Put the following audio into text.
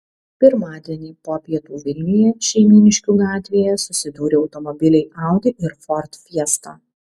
pirmadienį po pietų vilniuje šeimyniškių gatvėje susidūrė automobiliai audi ir ford fiesta